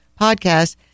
podcast